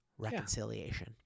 Reconciliation